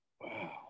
wow